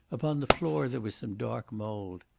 upon the floor there was some dark mould.